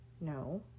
No